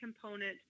component